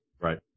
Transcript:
Right